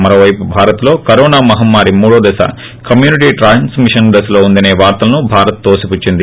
మరోవైపు భారత్లో కరోనా మహమ్మారి మూడో దశ లేదా కమ్యూనిటీ ట్రాన్స్ మిషన్ దశలో ఉందసే వార్తలను భారత్ తోసిపుచ్చింది